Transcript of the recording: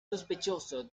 sospechoso